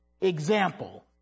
example